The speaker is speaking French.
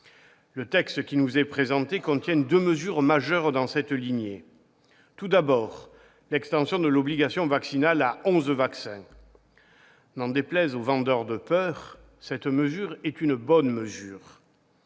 Le texte qui nous est présenté contient deux mesures majeures dans cette lignée. Tout d'abord, l'extension de l'obligation vaccinale à onze vaccins. N'en déplaise aux vendeurs de peur, cette mesure est une bonne mesure.